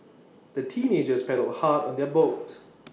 the teenagers paddled hard on their boat